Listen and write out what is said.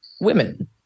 women